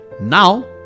Now